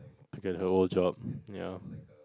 to get her old job ya